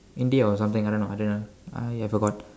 India or something I don't know I don't know I have forgot